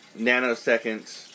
nanoseconds